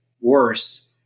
worse